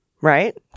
right